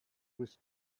with